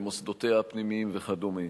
למוסדותיה הפנימיים וכדומה.